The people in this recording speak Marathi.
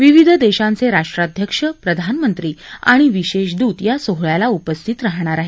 विविध देशांचे राष्ट्राध्यक्ष प्रधानमंत्री आणि विशेष दूत या सोहळ्याला उपस्थित राहणार आहेत